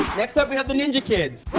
next up, we have the ninja kidz.